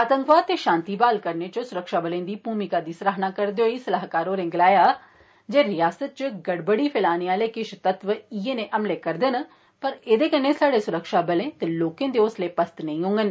आतंकवाद दे षांति बहाल करने इच सुरक्षाबलें दी भूमिका दी सराहना करदे होई सलाहकारें गलाया जे रियासत इच गड़बड़ी फैलाने आले किष तत्व इस्सै नेह् हमले करदे न पर एह्दे कन्नै साह्ड़े सुरक्षाबल ते लोक दे हौंसले परैंत नेई होंडन